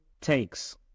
takes